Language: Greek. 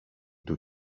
του